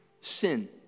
sin